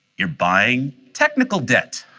you're buying technical debt.